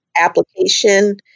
application